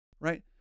right